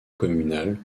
communales